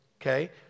okay